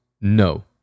No